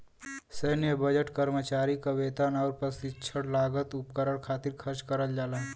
सैन्य बजट कर्मचारी क वेतन आउर प्रशिक्षण लागत उपकरण खातिर खर्च करल जाला